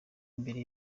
imbere